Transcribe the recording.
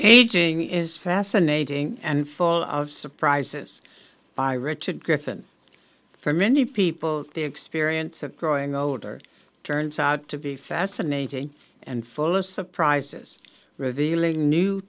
aging is fascinating and full of surprises by richard griffen for many people their experience of growing older turns out to be fascinating and full of surprises revealing new